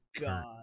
god